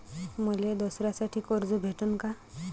मले दसऱ्यासाठी कर्ज भेटन का?